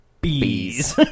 bees